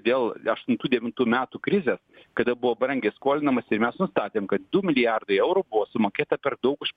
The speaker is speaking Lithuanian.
dėl aštuntų devintų metų krizės kada buvo brangiai skolinamasi ir mes nustatėm kad du milijardai eurų buvo sumokėta per daug už